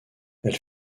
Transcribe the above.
elle